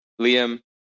Liam